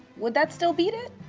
would that still beat it?